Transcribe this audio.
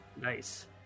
Nice